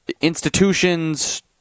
institutions